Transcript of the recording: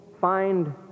find